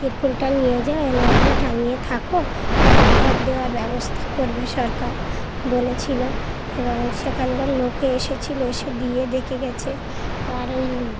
তিরপলটা নিয়ে যায় এনে এখন টাঙিয়ে থাকো পরে ঘর দেওয়ার ব্যবস্থা করবে সরকার বলেছিলো এবং সেখানকার লোকে এসেছিলো এসে দিয়ে দেখে গেছে আর ওই